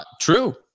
True